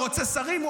רוצה שרים?